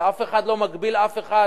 ואף אחד לא מגביל אף אחד